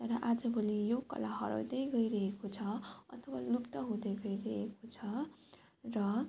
तर आज भोलि यो कला हराउँदै गइरहेको छ अथवा लुप्त हुँदै गइरहेको छ र